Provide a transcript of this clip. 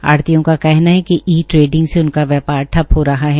आढ़तियों का कहना है कि ई ट्रेडिंग से उनका व्यापार ठप्प हो रहा है